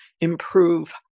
improve